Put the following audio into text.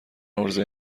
عرضه